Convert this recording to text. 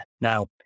Now